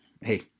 hey